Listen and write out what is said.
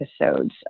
episodes